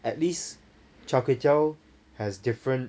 at least char kway teow has different